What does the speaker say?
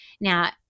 Now